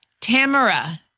Tamara